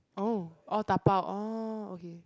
oh orh dabao orh okay